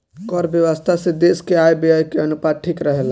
कर व्यवस्था से देस के आय व्यय के अनुपात ठीक रहेला